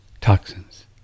Toxins